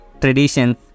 traditions